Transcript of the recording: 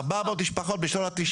400 משפחות בשנות ה-90'.